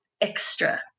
extra